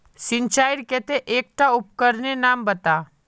सिंचाईर केते एकटा उपकरनेर नाम बता?